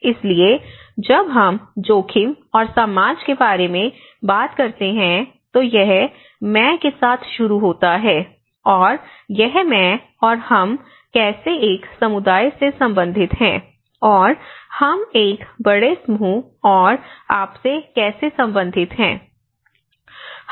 इसलिए जब हम जोखिम और समाज के बारे में बात करते हैं तो यह 'मैं' के साथ शुरू होता है और यह 'मैं' और 'हम' कैसे एक समुदाय से संबंधित हैं और 'हम' एक 'बड़े समूह' और 'आपसे' कैसे संबंधित हैं